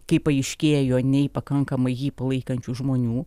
kaip paaiškėjo nei pakankamai jį palaikančių žmonių